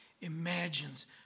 imagines